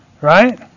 Right